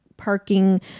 parking